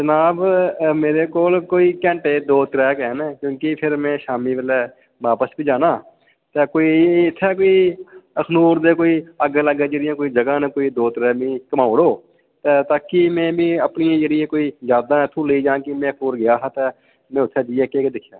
जनाब मेरे कोल कोई धैंटे दो त्रे गै हैन क्योकि फिर में शामी बेल्लै वापस बी जाना जां इत्थै कोई अखनूर दे कोई आगे लागे जेह्ड़ियां कोई जगह न दो त्रै मीं घुमाई ओड़ो ते ताकि में अपनी जेह्ड़ियां यादां न ओह् इत्थूं लेई जा ते कि में अखनूर गेआ हा ते में उत्थै जाइयै केह् केह् दिक्खेआ